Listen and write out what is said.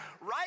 Right